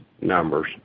numbers